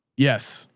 yes.